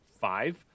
five